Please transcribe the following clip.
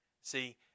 See